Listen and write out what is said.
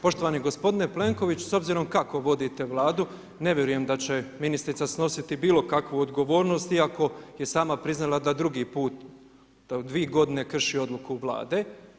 Poštovani gospodine Plenković, s obzirom kako vodite Vladu, ne vjerujem da će ministrica snositi bilo kakvu odgovornost iako je sama priznala da drugi put, dvi godine krši odluku Vlade.